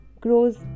grows